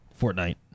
Fortnite